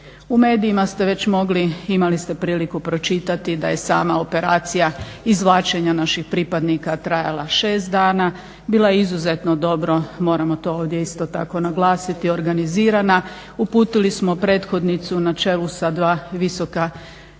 U medijima ste već mogli, imali ste priliku pročitati da je sama operacija izvlačenja naših pripadnika trajala 6 dana. Bila je izuzetno dobro moramo to ovdje isto tako naglasiti organizirana. Uputili smo prethodnicu na čelu sa dva visoka časnika